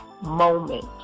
moment